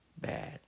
bad